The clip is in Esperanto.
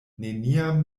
neniam